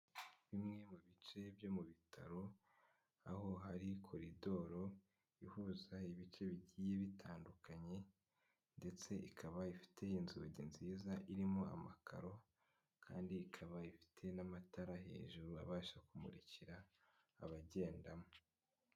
Bimwe mu bice byo mu bitaro aho hari koridoro ihuza ibice bigiye bitandukanye ndetse ikaba ifite inzugi nziza irimo amakaro kandi ikaba ifite n'amatara hejuru abasha kumurikira abagendamo.